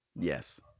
yes